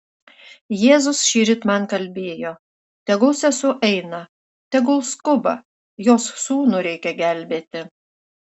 jėzus šįryt man kalbėjo tegul sesuo eina tegul skuba jos sūnų reikia gelbėti